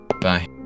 Bye